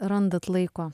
randat laiko